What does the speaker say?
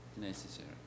necessary